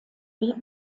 weg